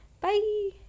Bye